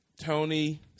Tony